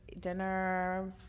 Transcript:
dinner